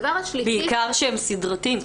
בעיקר שהם סדרתיים.